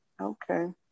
okay